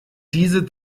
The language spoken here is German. diese